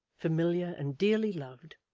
familiar and dearly loved,